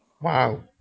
Wow